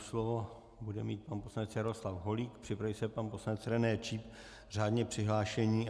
Slovo nyní bude mít pan poslanec Jaroslav Holík, připraví se pan poslanec René Číp, řádně přihlášený.